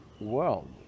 world